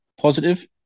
positive